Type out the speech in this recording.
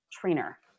trainer